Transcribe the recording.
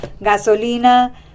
gasolina